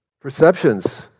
Perceptions